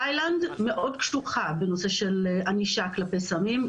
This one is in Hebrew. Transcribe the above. תאילנד מאוד קשוחה בנושא של ענישה כלפי סמים.